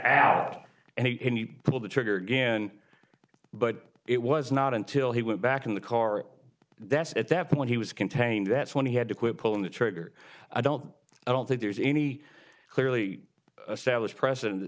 out and he pulled the trigger again but it was not until he went back in the car that's at that point he was contained that's when he had to quit pulling the trigger i don't i don't think there's any clearly established president ha